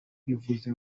bivuze